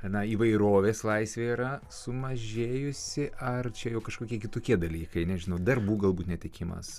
na įvairovės laisvė yra sumažėjusi ar čia jau kažkokie kitokie dalykai nežinau darbų galbūt netekimas